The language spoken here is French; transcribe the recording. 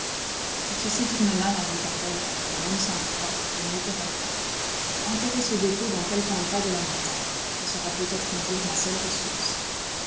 si ceci tourne mal ajouta-t-elle avec le même sang-froid on m'ôtera tout enterrez ce dépôt dans quelque endroit de la montagne ce sera peut-être un jour ma seule ressource